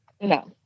no